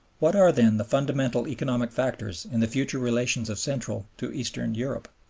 what are then the fundamental economic factors in the future relations of central to eastern europe?